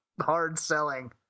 hard-selling